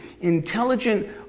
intelligent